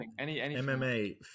MMA